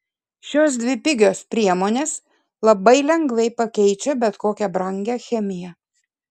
šios dvi pigios priemonės labai lengvai pakeičia bet kokią brangią chemiją